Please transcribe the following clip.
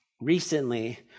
recently